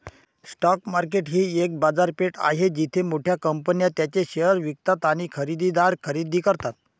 stock market ही एक बाजारपेठ आहे जिथे मोठ्या कंपन्या त्यांचे शेअर्स विकतात आणि खरेदीदार खरेदी करतात